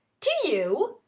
to you!